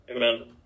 Amen